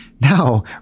Now